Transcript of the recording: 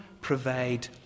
provide